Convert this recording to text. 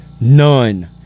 None